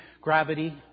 gravity